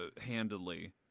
handedly